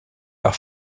par